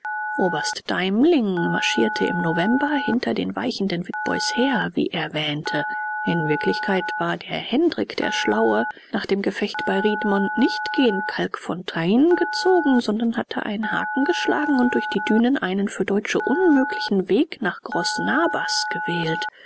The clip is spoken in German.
oberst deimling marschierte im november hinter den weichenden witbois her wie er wähnte in wirklichkeit war hendrik der schlaue nach dem gefecht bei rietmond nicht gen kalkfontein gezogen sondern hatte einen haken geschlagen und durch die dünen einen für deutsche unmöglichen weg nach groß nabas gewählt